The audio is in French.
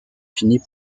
finit